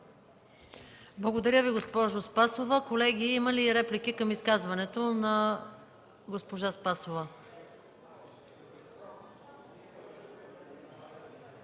Благодаря Ви, госпожо Спасова. Колеги, има ли реплики към изказването на госпожа Спасова?